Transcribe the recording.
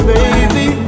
Baby